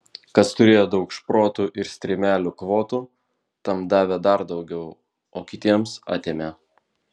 kas turėjo daug šprotų ir strimelių kvotų tam davė dar daugiau o kitiems atėmė